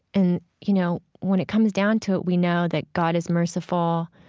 and you know, when it comes down to it, we know that god is merciful.